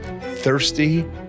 thirsty